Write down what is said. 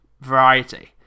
variety